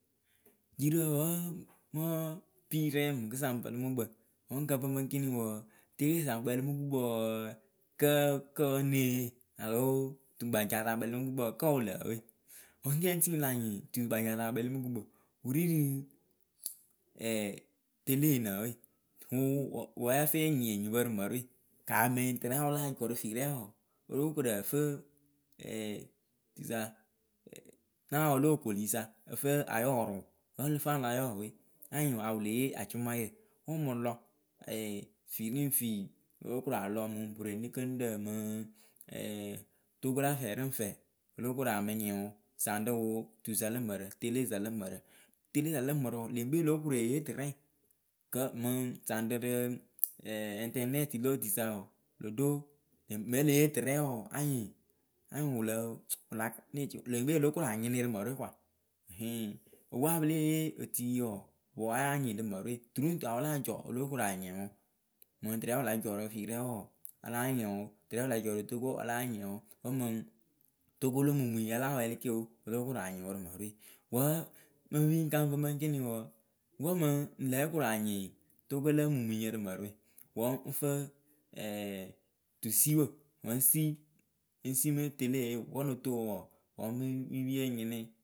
Jirǝ wǝ mɨ pirɛŋ pǝlɨ mǝkpǝŋ wǝ ŋ kǝŋ pɨmɨ ɨŋkinɨŋ wɔɔ telesa ŋ kpɛlɩ mɨ rɨ gukpǝ wɔɔ kǝ wǝ née yee aloo aloo tugbajasa wɨ kpɛlɩ mɨ rɨ gukpǝ wɔɔ kǝ wɨ lǝǝwe? wǝ ŋ tiŋwɨ la nyɩ tugbajasa wɨ kpɛlɩmɨ rɨ gukpǝ wɨ ri rɨ tele ŋ nǝǝwe wɨ wǝ yǝfɨyɩŋ nyɩŋ enyipǝ rɨ mǝrɨwe kaamɩ tɨrɛ ya wɨ láa jɔ rɨ firɛŋ wɔɔ o lóo korǝ fɨ tusa naawɨ lóo okolisa ǝ fɨ ayɔrɨ ŋwɨ wǝ ǝlǝ fɨ alayɔ we anyɩŋ yawɨ lée yee acʊmayǝ wɨŋ mɨ lɔ. ee finiŋfi o lóo kora lɔ mɨŋ boronikŋɖǝ mɨŋ Togo la fɛrɨŋfɛ o lokoramɨ nyɩŋwɨ saŋɖǝ wɨ tusa lǝ mǝrǝ telesa lǝ mǝrǝ. telesa lǝ mǝrǝ wɔɔ leŋkpe olokoreyee tɨrɛŋ kǝ mɨŋ saŋɖɨ rɨ ɛŋtɛrɨnɛtɩ lotuisa wɔɔ wɨlo ɖo me lée yee tɨrɛ wɔɔ anyɩŋ anyɩŋ wɨlǝ wɨla leŋkpe o lóo koranyɩnɩ rɨ mǝrɨwe kɔa ɩyɩŋ opuwe apɨ lée otui wɔɔ wʊ wayanyɩŋ rɨ mǝrɨwe turuŋtu yawɨ láa jɔ olokoranyɩŋ wʊ mɨŋ tɨrɛ wɨla jɔ rɨ firɛ wɔɔ a láa nyɩŋ wʊ. tɨrɛ wɨla jɔ rɨ Togo a láa nyɩŋ wʊ. wǝ mɨŋ Togo lo mumuŋyi la láa wɛlɩ keo o lóo koranyɩŋ ŋwɨ rɨ mɨrɨwe. wǝ mɨ pii ǝkǝ pɨmɨ ɨŋkiniŋ wɔɔ wǝ mɨŋ lǝ yokoranyɩŋ Togo lǝ mumuŋyi rɨ mǝrɨwe wǝ ŋ fɨ tusiwǝ wǝ ŋ si ŋ́ si mɨ teleye wǝ noto wɔɔ mɨ piiye ŋ nyɩnɩ.